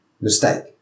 mistake